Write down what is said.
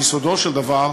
ביסודו של דבר,